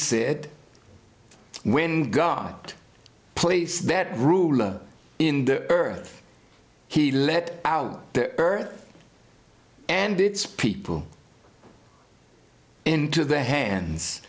said when god place that ruler in the earth he let out the earth and its people into the hands